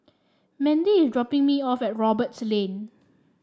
Mendy is dropping me off at Roberts Lane